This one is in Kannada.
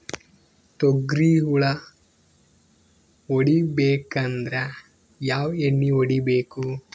ತೊಗ್ರಿ ಹುಳ ಹೊಡಿಬೇಕಂದ್ರ ಯಾವ್ ಎಣ್ಣಿ ಹೊಡಿಬೇಕು?